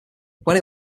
when